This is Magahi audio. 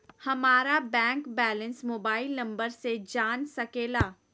हमारा बैंक बैलेंस मोबाइल नंबर से जान सके ला?